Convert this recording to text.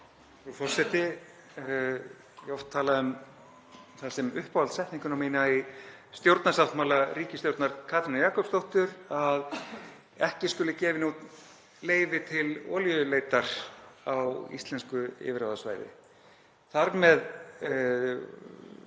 Frú forseti. Ég hef oft talað um það sem uppáhaldssetninguna mína í stjórnarsáttmála ríkisstjórnar Katrínar Jakobsdóttur að ekki skuli gefin út leyfi til olíuleitar á íslensku yfirráðasvæði. Þar með